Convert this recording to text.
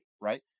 Right